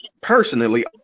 personally